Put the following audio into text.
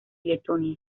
letonia